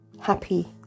Happy